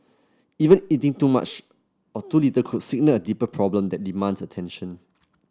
even eating too much or too little could signal a deeper problem that demands attention